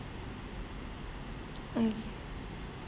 okay